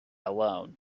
alone